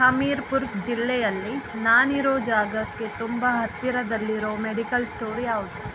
ಹಮೀರ್ಪುರ್ ಜಿಲ್ಲೆಯಲ್ಲಿ ನಾನಿರೋ ಜಾಗಕ್ಕೆ ತುಂಬ ಹತ್ತಿರದಲ್ಲಿರೋ ಮೆಡಿಕಲ್ ಸ್ಟೋರ್ ಯಾವುದು